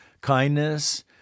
kindness